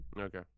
Okay